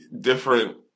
different